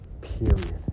period